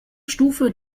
stufe